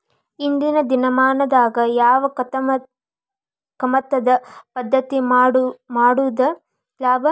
ಇಂದಿನ ದಿನಮಾನದಾಗ ಯಾವ ಕಮತದ ಪದ್ಧತಿ ಮಾಡುದ ಲಾಭ?